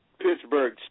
Pittsburgh